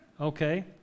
okay